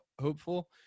hopeful